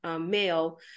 male